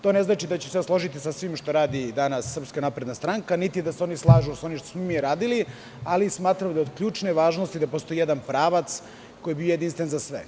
To ne znači da ću se složiti sa svim što radi danas Srpska napredna stranka, niti da se oni slažu sa onim što smo mi radili, ali smatram da je od ključne važnosti, da postoji jedan pravac koji je bio jedinstven za sve.